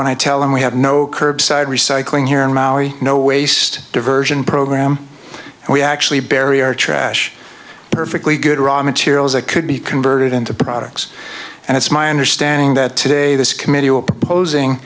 when i tell them we have no curbside recycling here in maui no waste diversion program and we actually barrier trash a perfectly good raw materials that could be converted into products and it's my understanding that today this committee opposing will be proposing